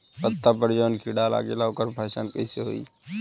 पत्ता पर जौन कीड़ा लागेला ओकर पहचान कैसे होई?